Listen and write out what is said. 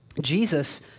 Jesus